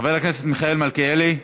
חבר הכנסת מיכאל מלכיאלי,